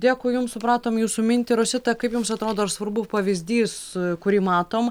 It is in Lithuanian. dėkui jums supratom jūsų mintį rosita kaip jums atrodo ar svarbu pavyzdys kurį matom